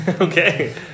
Okay